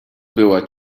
była